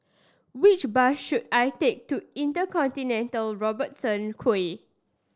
which bus should I take to InterContinental Robertson Quay